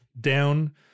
down